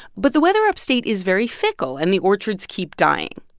but the weather upstate is very fickle, and the orchards keep dying.